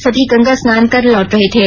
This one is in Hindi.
सभी गंगा स्नान कर लौट रहे थे